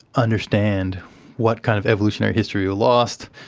understand what kind of evolutionary history we lost,